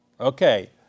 Okay